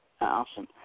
Awesome